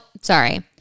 sorry